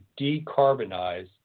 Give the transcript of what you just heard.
decarbonize